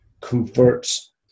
converts